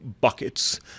buckets